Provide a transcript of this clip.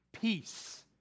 peace